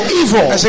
evil